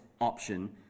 option